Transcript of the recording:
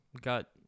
got